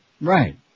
Right